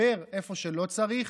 מדבר איפה שלא צריך,